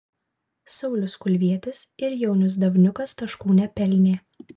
saulius kulvietis ir jaunius davniukas taškų nepelnė